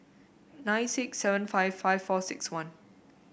nine six seven five five four six one